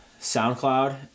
SoundCloud